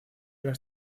las